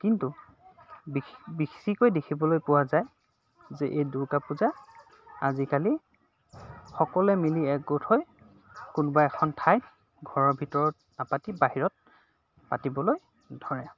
কিন্তু বি বেছিকৈ দেখিবলৈ পোৱা যায় যে এই দুৰ্গা পূজা আজিকালি সকলোৱে মিলি এক গোট হৈ কোনোবা এখন ঠাইত ঘৰৰ ভিতৰত নাপাতি বাহিৰত পাতিবলৈ ধৰে